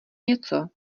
něco